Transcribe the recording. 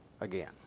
again